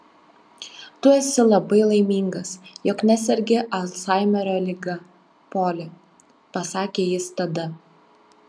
tu esi labai laimingas jog nesergi alzhaimerio liga poli pasakė jis tada